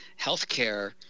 healthcare